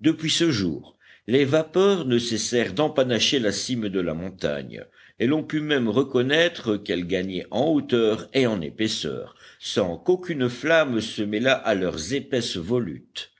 depuis ce jour les vapeurs ne cessèrent d'empanacher la cime de la montagne et l'on put même reconnaître qu'elles gagnaient en hauteur et en épaisseur sans qu'aucune flamme se mêlât à leurs épaisses volutes